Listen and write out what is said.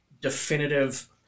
definitive